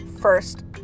first